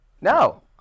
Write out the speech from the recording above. No